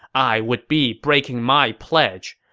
i would be breaking my pledge.